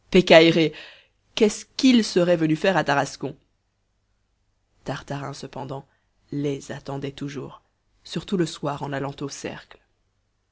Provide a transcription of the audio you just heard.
qu'est-ce qu'ils seraient venus faire à tarascon tartarin cependant les attendait toujours surtout le soir en allant au cercle